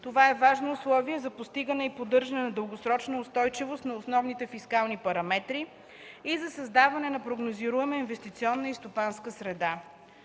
Това е важно условие за постигане и поддържане на дългосрочна устойчивост на основните фискални параметри и за създаването на прогнозируема инвестиционна и стопанска среда.